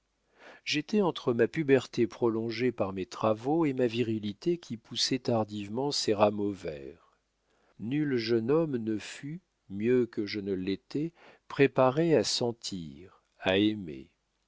j'étais entre ma puberté prolongée par mes travaux et une virilité qui poussait tardivement ses rameaux verts nul jeune homme ne fut mieux que je ne l'étais préparé à sentir à aimer